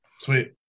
Sweet